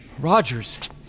Rogers